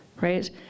right